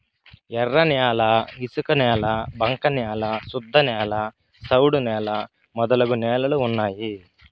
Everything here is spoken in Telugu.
ఎర్రన్యాల ఇసుకనేల బంక న్యాల శుద్ధనేల సౌడు నేల మొదలగు నేలలు ఉన్నాయి